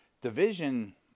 division